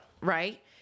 Right